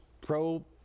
pro